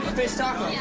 fish taco. yeah